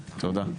תודה.